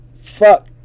fuck